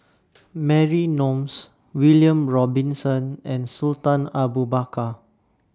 Mary Gomes William Robinson and Sultan Abu Bakar